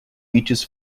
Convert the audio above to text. reaches